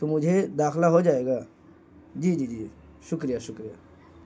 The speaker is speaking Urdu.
تو مجھے داخلہ ہو جائے گا جی جی جی شکریہ شکریہ